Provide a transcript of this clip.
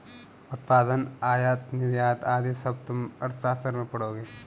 उत्पादन, आयात निर्यात आदि सब तुम अर्थशास्त्र में पढ़ोगे